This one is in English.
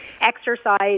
Exercise